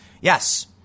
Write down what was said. yes